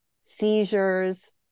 seizures